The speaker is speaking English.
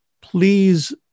please